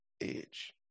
age